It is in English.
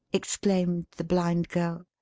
exclaimed the blind girl.